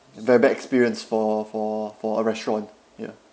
a very bad experience for for for a restaurant ya